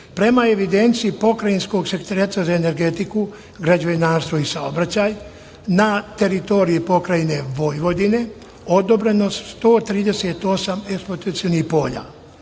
Prema evidenciji pokrajinskog Sekretarijata za energetiku, građevinarstvo i saobraćaj, na teritoriji pokrajine Vojvodine odobreno je 138 eksploatacionih polja,